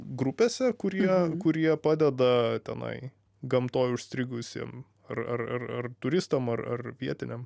grupėse kurie kurie padeda tenai gamtoj užstrigusiem ar ar ar ar turistam ar vietiniam